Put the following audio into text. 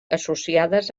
associades